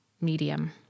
medium